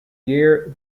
year